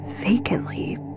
Vacantly